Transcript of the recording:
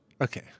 Okay